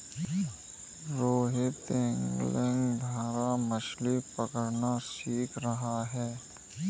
Rohit angling द्वारा मछ्ली पकड़ना सीख रहा है